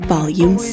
Volume